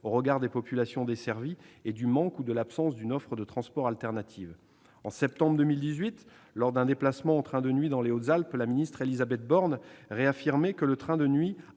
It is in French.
au regard des populations desservies et du manque ou de l'absence d'une offre de transport alternative. En septembre 2018, lors d'un déplacement en train de nuit dans les Hautes-Alpes, la ministre Élisabeth Borne a réaffirmé que le train de nuit